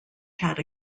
had